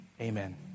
Amen